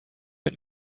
mit